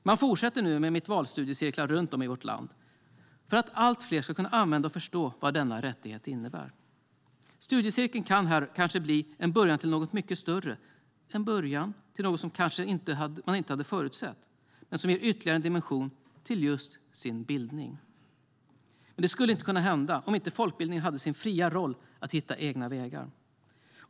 Nu fortsätter Studieförbundet med Mitt Val-studiecirklar runt om i vårt land, för att allt fler ska kunna använda denna rättighet och förstå vad den innebär. Studiecirkeln kan här kanske bli en början till något mycket större, en början till något som man kanske inte hade förutsett men som ger bildningen ytterligare en dimension. Det skulle dock inte kunna hända om inte folkbildning hade sin fria roll att hitta egna vägar.